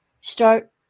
start